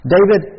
David